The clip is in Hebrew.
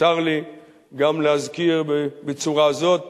יותר לי גם להזכיר בצורה זאת